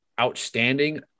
outstanding